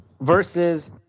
versus